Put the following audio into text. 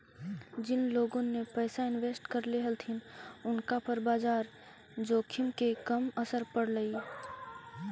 जिन लोगोन ने पैसा इन्वेस्ट करले हलथिन उनका पर बाजार जोखिम के कम असर पड़लई